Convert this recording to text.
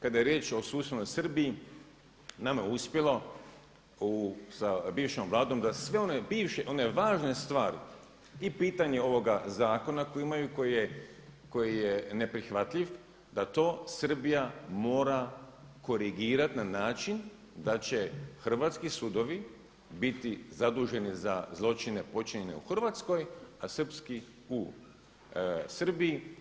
Kada je riječ o susjednoj Srbiji, nama je uspjelo sa bivšom Vladom da sve one bivše, one važne stvari i pitanje ovoga zakona koji imamu koji je neprihvatljiv da to Srbija mora korigirati na način da će hrvatski sudovi biti zaduženi za zločine počinjene u Hrvatskoj a srpski u Srbiji.